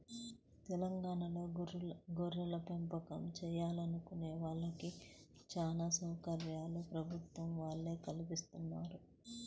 తెలంగాణాలో గొర్రెలపెంపకం చేయాలనుకునే వాళ్ళకి చానా సౌకర్యాలు ప్రభుత్వం వాళ్ళే కల్పిత్తన్నారు